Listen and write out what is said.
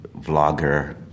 vlogger